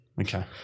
Okay